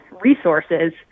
resources